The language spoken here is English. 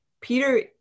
Peter